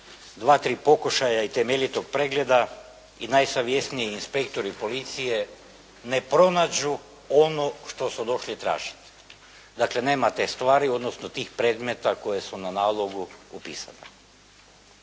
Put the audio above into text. dva, tri pokušaja i temeljitog pregleda i najsavjesniji inspektori policije ne pronađu ono što su došli tražiti. Dakle, nema te stvari, odnosno tih predmeta koje su na nalogu upisana.